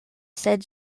sed